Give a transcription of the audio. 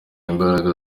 imbaraga